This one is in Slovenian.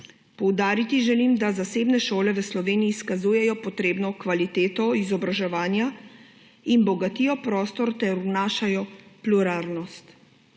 Poudariti želim, da zasebne šole v Sloveniji izkazujejo potrebno kvaliteto izobraževanja in bogatijo prostor ter vnašajo pluralnost.